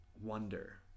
wonder